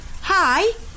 Hi